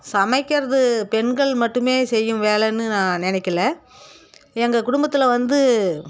சமைக்கிறது பெண்கள் மட்டுமே செய்யும் வேலைன்னு நான் நினக்கல எங்கள் குடும்பத்தில் வந்து